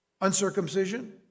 Uncircumcision